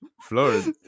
Florence